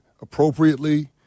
appropriately